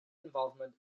involvement